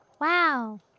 Wow